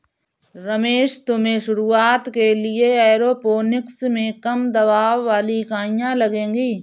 रमेश तुम्हें शुरुआत के लिए एरोपोनिक्स में कम दबाव वाली इकाइयां लगेगी